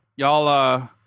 Y'all